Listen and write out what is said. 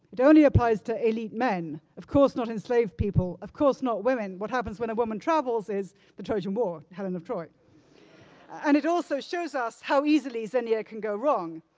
it only applies to elite men, of course not enslaved people, of course not women. what happens when a woman travels is the trojan war, helen of troy and it also shows us how easily xenia can go wrong,